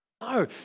No